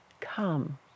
come